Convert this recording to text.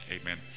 Amen